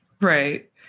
Right